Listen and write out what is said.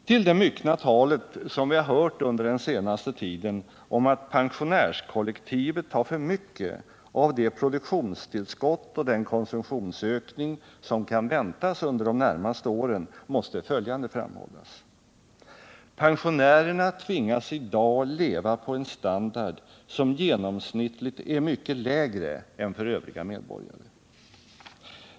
Till det myckna talet som vi hört under den senaste tiden om att pensionärskollektivet tar för mycket av det produktionstillskott och den konsumtionsökning som kan väntas under de närmaste åren måste följande framhållas: Pensionärerna tvingas i dag leva på en standard som genomsnittligt är mycket lägre än för övriga medborgare.